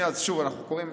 אנחנו קוראים,